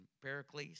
Pericles